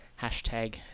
hashtag